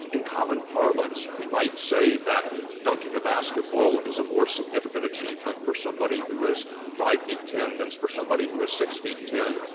in common parlance, we might say that dunking a basketball is a more significant achievement for somebody who is five feet ten than for somebody who is six feet ten.